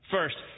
First